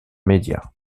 media